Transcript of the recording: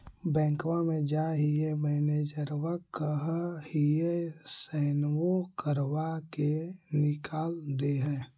बैंकवा मे जाहिऐ मैनेजरवा कहहिऐ सैनवो करवा के निकाल देहै?